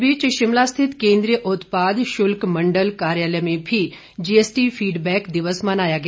इस बीच शिमला स्थित केंद्रीय उत्पाद शुल्क मंडल कार्यालय में भी जीएसटी फीड बैक दिवस मनाया गया